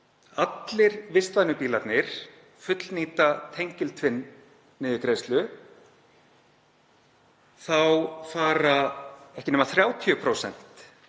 allir vistvænu bílarnir fullnýta tengiltvinnniðurgreiðslu þá fara ekki nema 30%